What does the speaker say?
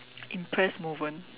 impressed moment